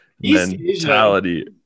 Mentality